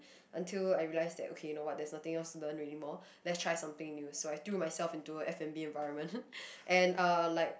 until I realize that okay you know what there's nothing else to learn anymore let's try something new so I threw myself into F-and-B environment and uh like